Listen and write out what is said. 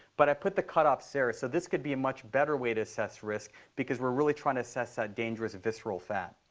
but i've put the cutoff so there. so this could be a much better way to assess risk because we're really trying to assess that dangerous visceral fat.